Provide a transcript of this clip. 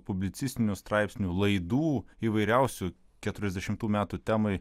publicistinių straipsnių laidų įvairiausių keturiasdešimtų metų temai